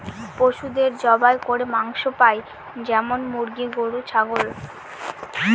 পশুদের জবাই করে মাংস পাই যেমন মুরগি, গরু, ছাগল